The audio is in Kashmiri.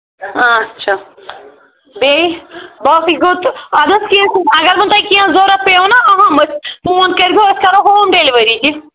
اچھا بیٚیہِ باقٕے گوٚو تہٕ اَدٕ حظ کیٚنٛہہ چھُنہٕ اگر وۄنۍ تۄہہِ کیٚنٛہہ ضرورَت پیوٕ نا اَہم أسۍ فون کٔرزیٚو أسۍ کَرو ہوم ڈیٚلِؤری تہِ